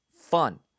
fun